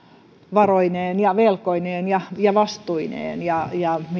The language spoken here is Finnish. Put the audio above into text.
varoineen ja velkoineen ja ja vastuineen minusta on